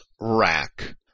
rack